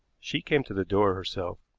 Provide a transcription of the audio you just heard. she came to the door herself.